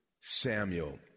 Samuel